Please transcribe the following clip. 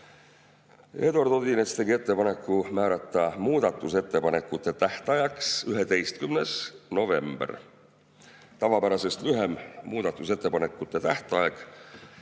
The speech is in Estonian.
Eduard Odinets tegi ettepaneku määrata muudatusettepanekute tähtajaks 11. november. See on tavapärasest lühem muudatusettepanekute tähtaeg,